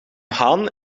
haan